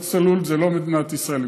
מועצת הלול זה לא מדינת ישראל,